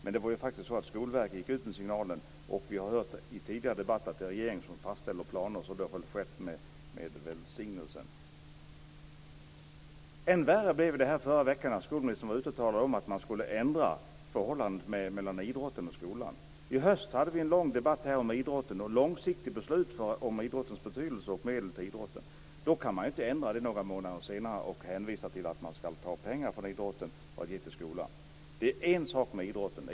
Men det var faktiskt så att Skolverket gick ut med signaler, och vi har hört i tidigare debatter att det är regeringen som fastställer planer, så det har väl skett med deras välsignelse. Än värre blev det här förra veckan när skolministern var ute och talade om att man skulle förändra förhållandet mellan idrotten och skolan. I höstas hade vi en lång debatt här om idrotten och fattade långsiktiga beslut om idrottens betydelse och medel till idrotten. Då kan man inte ändra på det några månader senare. och hänvisa till att man ska ta pengar från idrotten och ge till skolan. Det är en sak med idrotten.